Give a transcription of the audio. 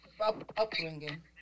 upbringing